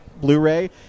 Blu-ray